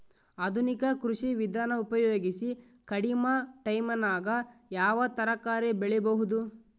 ಆಧುನಿಕ ಕೃಷಿ ವಿಧಾನ ಉಪಯೋಗಿಸಿ ಕಡಿಮ ಟೈಮನಾಗ ಯಾವ ತರಕಾರಿ ಬೆಳಿಬಹುದು?